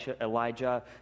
Elijah